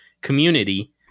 community